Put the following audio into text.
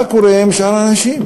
מה קורה עם שאר האנשים?